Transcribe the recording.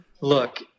look